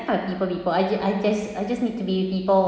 kind of people before I ju~ I just I just need to be with people